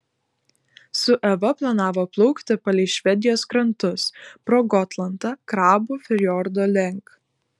su eva planavo plaukti palei švedijos krantus pro gotlandą krabų fjordo link